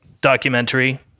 documentary